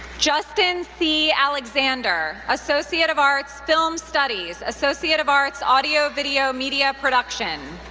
justin c. alexander, associate of arts, film studies, associate of arts, audio video media production.